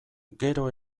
gero